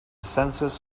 census